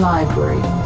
Library